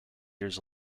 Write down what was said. years